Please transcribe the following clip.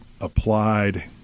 applied